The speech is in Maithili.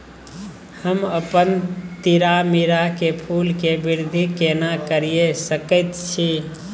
हम अपन तीरामीरा के फूल के वृद्धि केना करिये सकेत छी?